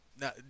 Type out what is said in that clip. Now